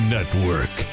Network